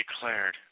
declared